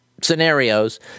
scenarios